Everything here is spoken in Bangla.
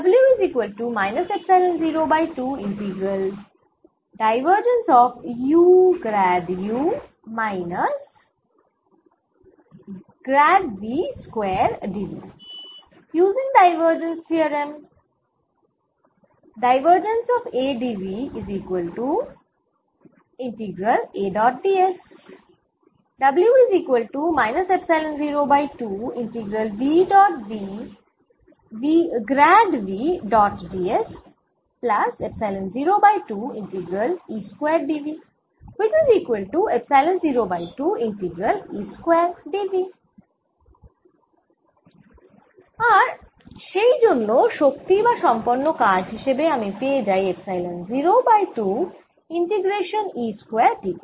আর সেই জন্য শক্তি বা সম্পন্ন কাজ হিসেবে আমি পেয়ে যাই epsilon 0 by 2 integration E square dV